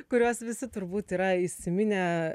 kuriuos visi turbūt yra įsiminę